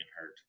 hurt